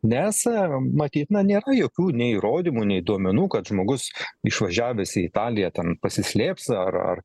nes matyt na nėra jokių nei įrodymų nei duomenų kad žmogus išvažiavęs į italiją ten pasislėps ar